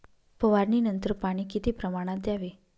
फवारणीनंतर पाणी किती प्रमाणात द्यावे?